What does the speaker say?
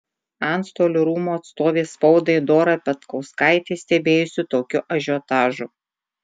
antstolių rūmų atstovė spaudai dora petkauskaitė stebėjosi tokiu ažiotažu